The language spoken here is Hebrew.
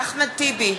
אחמד טיבי,